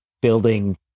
building